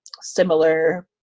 similar